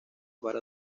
para